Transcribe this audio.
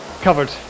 covered